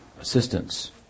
assistance